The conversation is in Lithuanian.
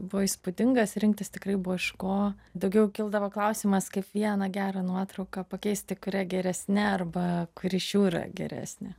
buvo įspūdingas rinktis tikrai buvo iš ko daugiau kildavo klausimas kaip vieną gerą nuotrauką pakeisti kuria geresne arba kuri iš jų yra geresnė